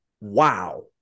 Wow